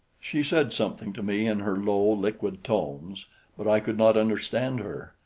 she said something to me in her low, liquid tones but i could not understand her,